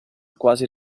quasi